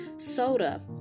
Soda